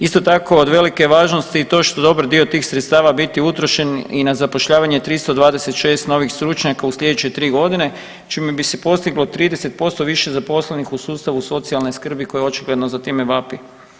Isto tako, od velike je važnosti je i to što dobar dio tih sredstava biti utrošen i na zapošljavanje 326 novih stručnjaka u sljedeće 3 godine, čime bi se pomoglo 30% više zaposlenih u sustavu socijalne skrbi, koja očigledno za time vapi.